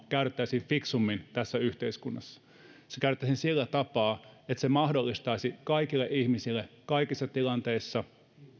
käytettäisiin fiksummin tässä yhteiskunnassa se käytettäisiin sillä tapaa että se mahdollistaisi kaikille ihmisille kaikissa tilanteissa